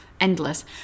endless